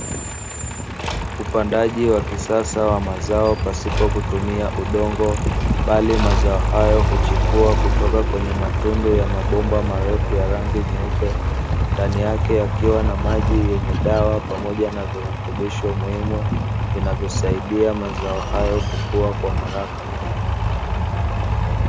Upandaji wa kisasa wa mazao pasipo kutumia udongo; bali mazao hayo huchukua kutoka kwenye matundu ya mabomba marefu ya rangi mweupe, ndani yake yakiwa na maji wenye dawa pamoja na virutubisho muhimu vinavyosaidia mazao hayo kukua kwa haraka.